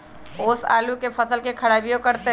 ओस आलू के फसल के खराबियों करतै?